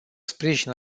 sprijin